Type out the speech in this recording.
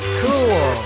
cool